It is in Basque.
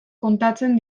kontatzen